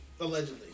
Allegedly